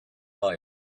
life